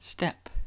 Step